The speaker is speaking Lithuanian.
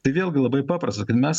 tai vėlgi labai paprasta kad mes